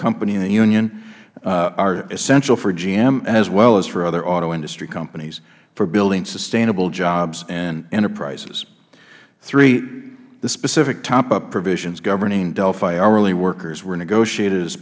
company and the union are essential for gm as well as for other auto industry companies for building sustainable jobs and enterprises three the specific topup provisions governing delphi hourly workers were negotiated as